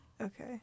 okay